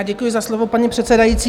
Děkuji za slovo, paní předsedající.